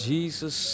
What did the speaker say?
Jesus